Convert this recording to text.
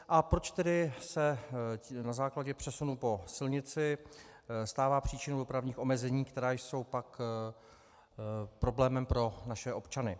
A proč se na základě přesunu po silnici stává příčinou dopravních omezení, která jsou pak problémem pro naše občany?